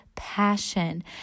passion